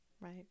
right